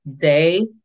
day